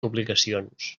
obligacions